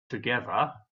together